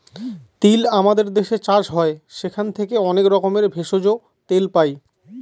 তিল আমাদের দেশে চাষ হয় সেখান থেকে অনেক রকমের ভেষজ, তেল পাই